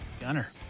Gunner